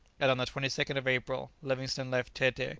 and on the twenty second of april, livingstone left tete,